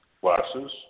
Glasses